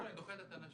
אין קשר.